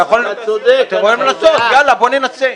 יאללה, בוא ננסה.